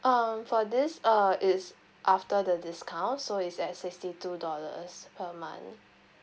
um for this uh is after the discount so is at sixty two dollars per month